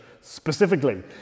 specifically